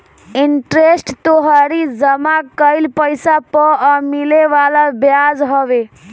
interest तोहरी जमा कईल पईसा पअ मिले वाला बियाज हवे